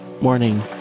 morning